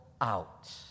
out